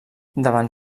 davant